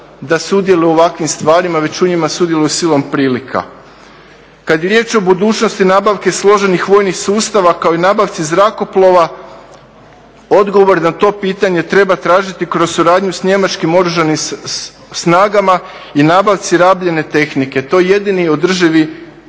da sudjeluje u ovakvim stvarima već u njima sudjeluju silom prilika. Kada je riječ o budućnosti nabavke složenih vojnih sustava kao i nabavci zrakoplova odgovor na to pitanje treba tražiti kroz suradnju sa njemačkim oružanim snagama i nabavci rabljenje tehnike, to je jedini i održivi